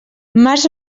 març